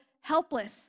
helpless